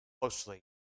closely